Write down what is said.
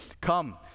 Come